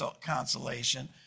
consolation